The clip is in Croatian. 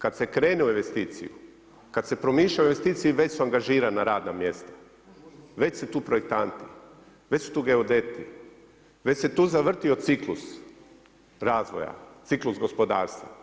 Kada se krene u investiciju, kada se promišlja o investiciji već su angažirana radna mjesta, već su tu projektanti, već su tu geodeti, već se tu zavrtio ciklus razvoja, ciklus gospodarstva.